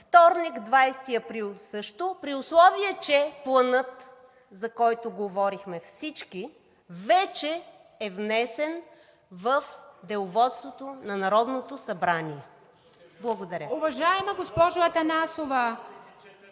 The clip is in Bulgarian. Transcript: вторник – 20 април също, при условие че Планът, за който говорихме всички, вече е внесен в деловодството на Народното събрание? Благодаря.